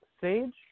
Sage